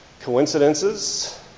coincidences